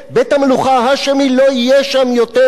בית-המלוכה ההאשמי לא יהיה שם יותר,